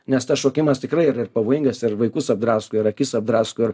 nes tas šokimas tikrai ir ir pavojingas ir vaikus apdrasko ir akis apdrasko ir